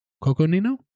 Coconino